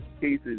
cases